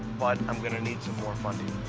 but i'm going to need some more funding.